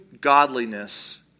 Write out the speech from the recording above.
godliness